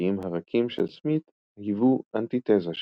החברתיים הרכים של סמית היוו אנטיתזה שלהם.